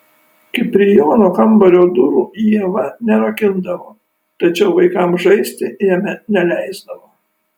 kiprijono kambario durų ieva nerakindavo tačiau vaikams žaisti jame neleisdavo